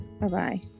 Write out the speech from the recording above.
Bye-bye